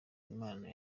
imana